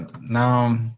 now